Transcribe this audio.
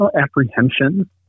apprehension